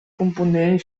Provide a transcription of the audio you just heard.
component